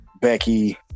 Becky